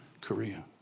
Korea